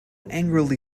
angry